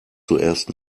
zuerst